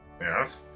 yes